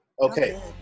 Okay